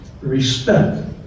respect